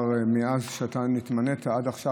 מאז שאתה התמנית עד עכשיו,